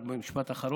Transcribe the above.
רק במשפט אחרון,